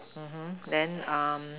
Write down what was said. mmhmm then um